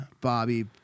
Bobby